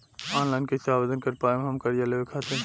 Online कइसे आवेदन कर पाएम हम कर्जा लेवे खातिर?